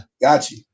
Gotcha